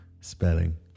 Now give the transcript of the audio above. spelling